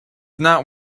not